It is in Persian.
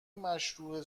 مشروح